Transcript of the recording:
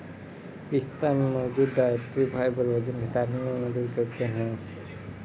पिस्ता में मौजूद डायट्री फाइबर वजन घटाने में मदद करते है